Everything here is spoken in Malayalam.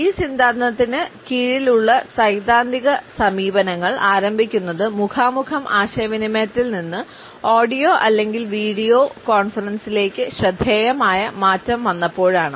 ഈ സിദ്ധാന്തത്തിന് കീഴിലുള്ള സൈദ്ധാന്തിക സമീപനങ്ങൾ ആരംഭിക്കുന്നത് മുഖാമുഖം ആശയവിനിമയത്തിൽ നിന്ന് ഓഡിയോ അല്ലെങ്കിൽ വീഡിയോ കോൺഫറൻസിംഗിലേക്ക് ശ്രദ്ധേയമായ മാറ്റം വന്നപ്പോഴാണ്